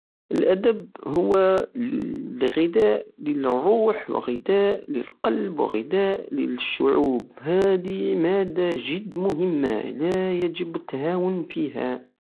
الادب هو الغداء للروح وغداء للقلب وغداء للشعوب هادي مادة جد مهمة لايجب التهاون فيها